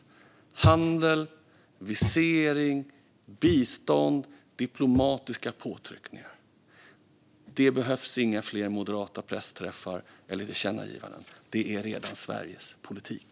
Det gäller handel, visering, bistånd och diplomatiska påtryckningar. Det behövs inga fler moderata pressträffar eller tillkännagivanden. Det är redan Sveriges politik.